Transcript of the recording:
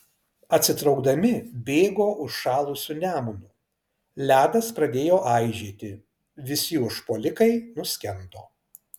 atsitraukdami bėgo užšalusiu nemunu ledas pradėjo aižėti visi užpuolikai nuskendo